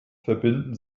verbinden